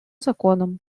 законом